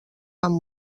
van